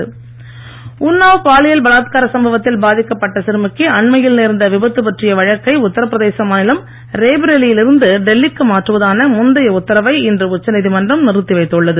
உன்னாவ் உன்னாவ் பாலியல் பலாத்கார சம்பவத்தில் பாதிக்கப்பட்ட சிறுமிக்கு அண்மையில் நேர்ந்த விபத்து பற்றிய வழக்கை உத்தரபிரதேச மாநிலம் ரேபரேலி யில் இருந்து டெல்லிக்கு மாற்றுவதான முந்தைய உத்தரவை இன்று உச்சநீதிமன்றம் நிறுத்தி வைத்துள்ளது